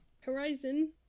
Horizon